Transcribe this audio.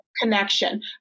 connection